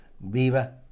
viva